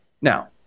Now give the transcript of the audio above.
Now